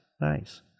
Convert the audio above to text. Nice